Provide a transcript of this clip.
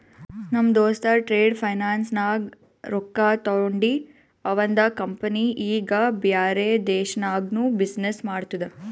ನಮ್ ದೋಸ್ತ trade finance ನಾಗ್ ರೊಕ್ಕಾ ತೊಂಡಿ ಅವಂದ ಕಂಪನಿ ಈಗ ಬ್ಯಾರೆ ದೇಶನಾಗ್ನು ಬಿಸಿನ್ನೆಸ್ ಮಾಡ್ತುದ